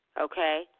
okay